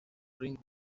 bring